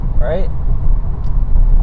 right